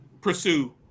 pursue